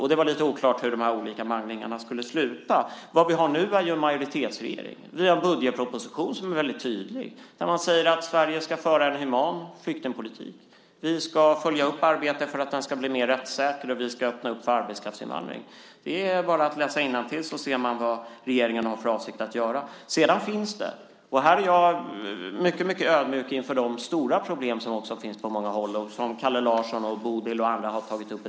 Det var lite oklart hur de olika manglingarna skulle sluta. Nu har vi en majoritetsregering. Vi har lagt fram en budgetproposition som är tydlig där man säger att Sverige ska föra en human flyktingpolitik. Vi ska följa upp arbetet för att den ska bli mer rättssäker, och vi ska öppna för arbetskraftsinvandring. Det är bara att läsa innantill så ser man vad regeringen har för avsikt att göra. Jag är mycket ödmjuk inför de stora problem som finns på olika håll och som Kalle Larsson, Bodil och andra har tagit upp.